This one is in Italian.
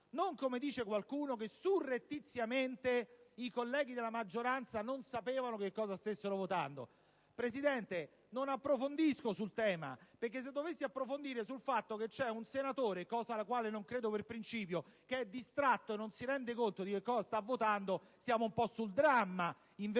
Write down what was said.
parlare di questo - che surrettiziamente i colleghi della maggioranza non sapessero che cosa stavano votando. Presidente, non approfondisco sul tema, perché se dovessi approfondire sul fatto che c'è un senatore - cosa alla quale non credo per principio - che è distratto e non si rende conto di che cosa sta votando, siamo un po' sul dramma, invece